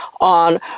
on